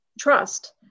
trust